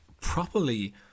properly